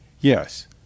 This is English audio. Yes